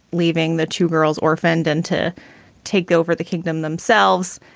leaving the two girls orphaned and to take over the kingdom themselves.